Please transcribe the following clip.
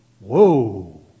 whoa